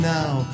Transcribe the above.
now